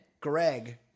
Greg